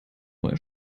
neue